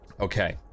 Okay